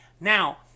Now